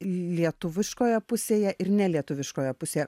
lietuviškoje pusėje ir nelietuviškoje pusėje